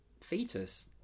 fetus